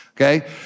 Okay